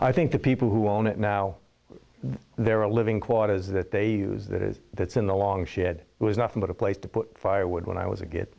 i think the people who own it now there are living quarters that they use that is that's in the long she had was nothing but a place to put firewood when i was a get